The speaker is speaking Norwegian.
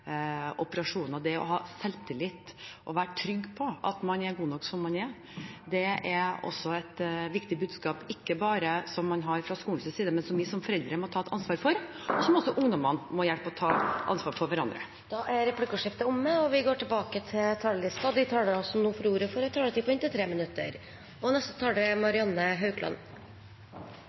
operasjoner kan medføre. Å ha selvtillit og være trygg på at man er god nok som man er, er også et viktig budskap, ikke bare fra skolens side, men det er også noe som vi som foreldre må ta et ansvar for. I tillegg må ungdommene hjelpe til med dette og ta ansvar for hverandre. Replikkordskiftet er omme. De talere som heretter får ordet, har en taletid på inntil 3 minutter. Jeg synes det er